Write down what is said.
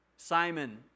Simon